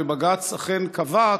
ובג"ץ אכן קבע,